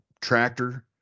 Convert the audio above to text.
tractor